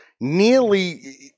nearly